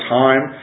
time